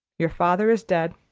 your father is dead.